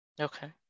Okay